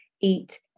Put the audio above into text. eat